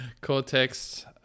cortex